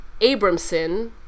Abramson